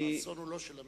האסון הוא לא של המדינה.